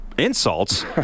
insults